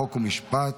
חוק ומשפט